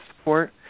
support